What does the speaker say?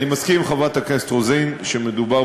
אני מסכים עם חברת הכנסת רוזין שמדובר